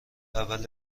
اول